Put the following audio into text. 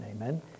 Amen